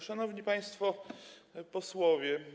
Szanowni Państwo Posłowie!